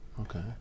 okay